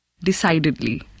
Decidedly